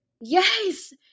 Yes